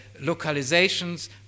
localizations